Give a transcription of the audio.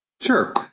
Sure